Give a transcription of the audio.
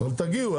אבל תגיעו,